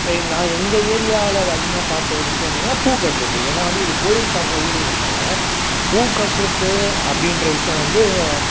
நான் எங்கள் ஏரியாவில் அதிகமாக பார்த்த ஒரு விஷயம் என்னென்னா பூ கட்டுறது ஏன்னா வந்து இது கோவில் சார்ந்த ஊருன்றதால் பூ கட்டுறது அப்படின்ற விஷயம் வந்து